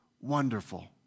wonderful